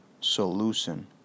Solution